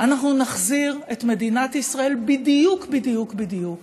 אנחנו נחזיר את מדינת ישראל בדיוק בדיוק בדיוק